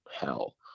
hell